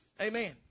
Amen